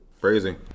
Crazy